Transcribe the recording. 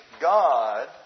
God